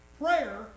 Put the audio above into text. prayer